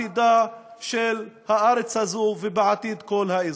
בעתידה של הארץ הזו ובעתיד כל האזור.